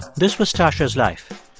this was stacya's life.